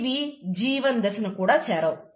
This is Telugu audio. ఇవి G1 దశను కూడా చేరవు